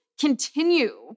continue